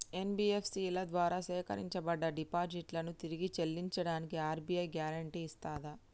NBFC ల ద్వారా సేకరించబడ్డ డిపాజిట్లను తిరిగి చెల్లించడానికి ఆర్.బి.ఐ గ్యారెంటీ ఇస్తదా?